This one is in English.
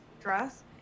dress